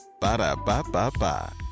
Ba-da-ba-ba-ba